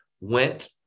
went